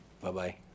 Bye-bye